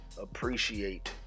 appreciate